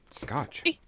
Scotch